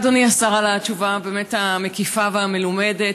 תודה, אדוני השר, על התשובה המקיפה והמלומדת.